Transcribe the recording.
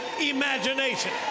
imagination